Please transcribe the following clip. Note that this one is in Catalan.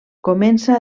comença